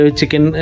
chicken